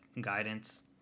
guidance